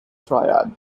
triad